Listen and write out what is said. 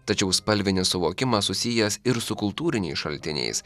tačiau spalvinis suvokimas susijęs ir su kultūriniais šaltiniais